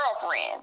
girlfriend